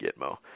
Gitmo